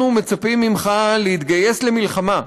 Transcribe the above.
אנחנו מצפים ממך להתגייס למלחמה,